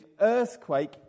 earthquake